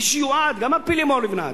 גם על-פי לימור לבנת,